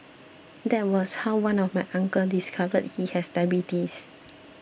that was how one of my uncle discovered he has diabetes